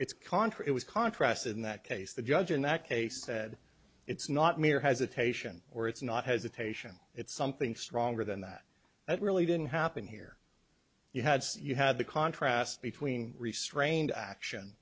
contra it was contrast in that case the judge in that case said it's not mere hesitation or it's not hesitation it's something stronger than that that really didn't happen here you had you had the contrast between restrained action